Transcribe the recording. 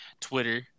Twitter